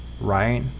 right